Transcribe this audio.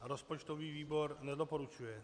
Rozpočtový výbor nedoporučuje.